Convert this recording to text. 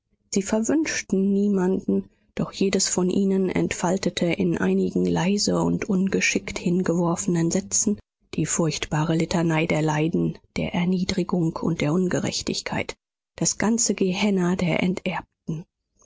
sie verwünschten niemand doch jedes von ihnen entfaltete in einigen leise und ungeschickt hingeworfenen sätzen die furchtbare litanei der leiden der erniedrigung und der ungerechtigkeit das ganze gehenna der enterbten